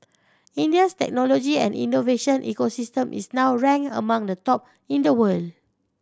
India's technology and innovation ecosystem is now ranked amongst the top in the world